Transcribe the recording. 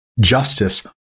justice